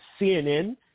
CNN